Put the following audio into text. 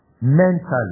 Mentally